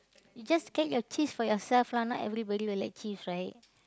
you just get your cheese for yourself lah not everybody will like cheese right